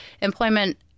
employment